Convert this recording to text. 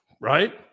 right